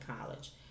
College